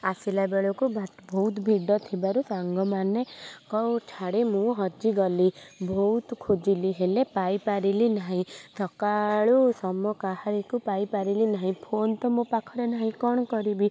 ଆସିଲାବେଳକୁ ଭା ବହୁତ ଭିଡ଼ ଥିବାରୁ ସାଙ୍ଗମାନେ ଙ୍କ ଛାଡ଼ି ମୁଁ ହଜିଗଲି ବହୁତ ଖୋଜିଲି ହେଲେ ପାଇପାରିଲି ନାହିଁ ସକାଳୁ ସମ କାହାରିକୁ ପାଇପାରିଲି ନାହିଁ ଫୋନ୍ ତ ମୋ ପାଖରେ ନାହିଁ କ'ଣ କରିବି